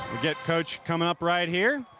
get coach coming up right here.